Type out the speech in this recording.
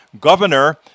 governor